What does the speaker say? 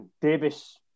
Davis